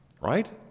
right